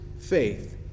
faith